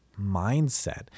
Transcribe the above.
mindset